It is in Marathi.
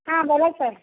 हां बोला सर